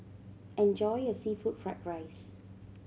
enjoy your seafood fried rice